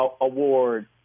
award